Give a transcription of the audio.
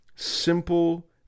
Simple